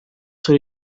sur